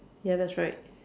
ya that's right